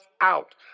out